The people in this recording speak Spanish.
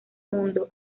mundo